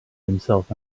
himself